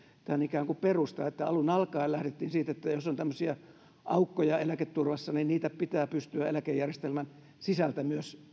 tämän ikään kuin perusta että alun alkaen lähdettiin siitä että jos on tämmöisiä aukkoja eläketurvassa niitä pitää pystyä myös eläkejärjestelmän sisältä